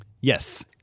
Yes